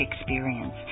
experience